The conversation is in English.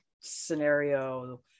scenario